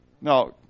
Now